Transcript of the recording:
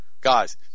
guys